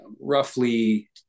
roughly